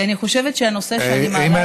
כי אני חושבת שהנושא שאני מעלה,